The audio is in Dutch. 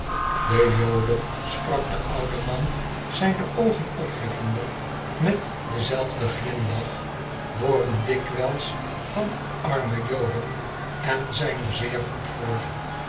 tde joden sprak de oude man zijne oogen opheffende met denzelfden glimlach hooren dikwijls van arme joden en zijn er zeer goed voor